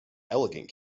elegant